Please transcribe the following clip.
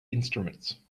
instruments